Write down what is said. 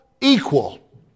equal